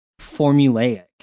formulaic